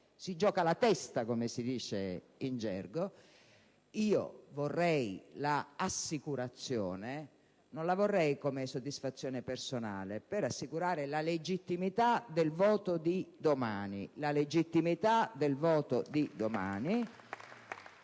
si gioca la testa, come si dice in gergo, vorrei l'assicurazione, non come soddisfazione personale ma per assicurare la legittimità del voto di domani